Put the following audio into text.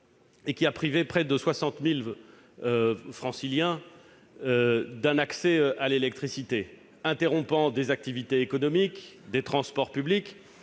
et qui a privé près de 60 000 Franciliens d'un accès au réseau, interrompant des activités économiques et des transports publics.